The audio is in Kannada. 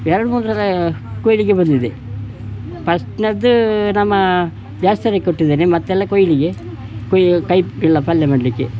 ಎರಡು ಮೂರು ಸಲ ಕೊಯ್ಲಿಗೆ ಬಂದಿದೆ ಪಸ್ಟ್ನದ್ದೂ ನಮ್ಮ ದೇವ್ಸ್ಥಾನಕ್ಕೆ ಕೊಟ್ಟಿದ್ದೇನೆ ಮತ್ತೆಲ್ಲ ಕೊಯ್ಲಿಗೆ ಕೊಯ್ಯಿ ಕೈಪ್ ಇಲ್ಲ ಪಲ್ಯ ಮಾಡಲಿಕ್ಕೆ